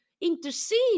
intercede